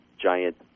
giant